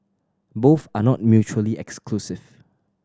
both are not mutually exclusive